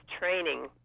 training